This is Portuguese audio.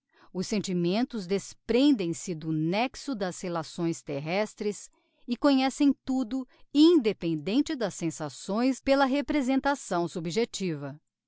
os sentimentos desprendem se do nexo das relações terrestres e conhecem tudo independente das sensações pela representação subjectiva